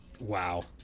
Wow